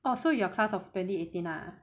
oh so you are class of twenty eighteen lah